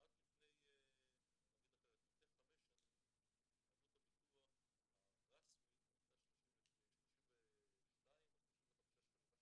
לפני חמש שנים עלות הביטוח הרשמית הייתה 32 או 35 שקלים,